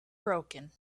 broken